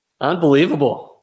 Unbelievable